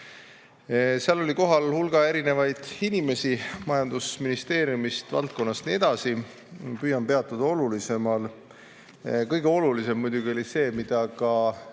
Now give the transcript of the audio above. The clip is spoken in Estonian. Seal oli kohal hulk inimesi majandusministeeriumist, valdkonnast ja nii edasi. Püüan peatuda olulisemal. Kõige olulisem oli muidugi see, mida ka